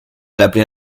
l’appeler